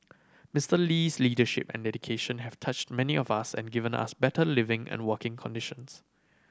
Mister Lee's leadership and dedication have touched many of us and given us better living and working conditions